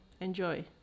enjoy